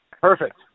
Perfect